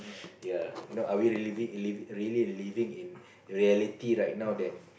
ya you know are we really live really living in reality right now that